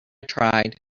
tried